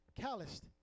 calloused